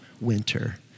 winter